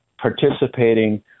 participating